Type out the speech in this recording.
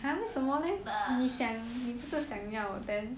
err